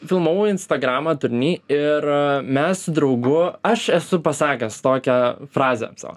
filmavau į instagramą turinį ir mes su draugu aš esu pasakęs tokią frazę sau